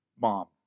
mom